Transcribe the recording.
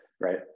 right